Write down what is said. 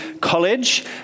College